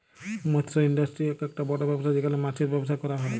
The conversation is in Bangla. মৎস ইন্ডাস্ট্রি আককটা বড় ব্যবসা যেখালে মাছের ব্যবসা ক্যরা হ্যয়